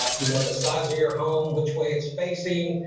um you know the size of your home, which way it's facing,